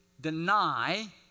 deny